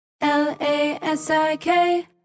L-A-S-I-K